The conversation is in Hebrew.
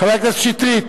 חבר הכנסת שטרית,